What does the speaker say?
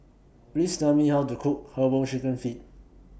Please Tell Me How to Cook Herbal Chicken Feet